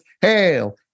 Hail